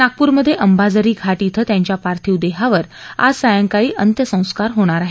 नागपूरमध्ये अंबाझरी घाट श्वे त्यांच्या पार्थिव देहावर आज सायंकाळी अंत्यसंस्कार होणार आहेत